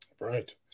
Right